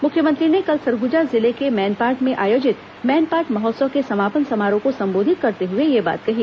मुख्यमंत्री ने कल सरगुजा जिले के मैनपाट में आयोजित मैनपाट महोत्सव के समापन समारोह को संबोधित करते हुए यह बात कही